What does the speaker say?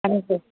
ஆமாம் சார்